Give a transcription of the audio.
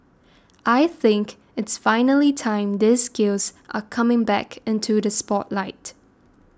I think it's finally time these skills are coming back into the spotlight